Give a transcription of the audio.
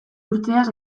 urteaz